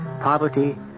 Poverty